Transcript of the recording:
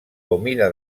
humida